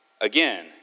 Again